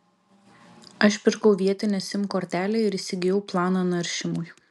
aš pirkau vietinę sim kortelę ir įsigijau planą naršymui